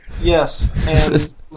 Yes